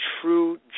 true